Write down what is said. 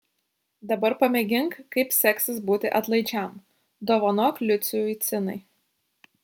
dabar pamėgink kaip seksis būti atlaidžiam dovanok liucijui cinai